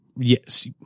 Yes